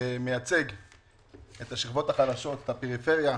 שמייצג את השכבות החלשות, את הפריפריה,